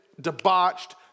debauched